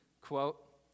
quote